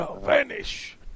vanish